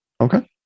Okay